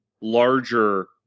larger